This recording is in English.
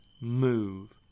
move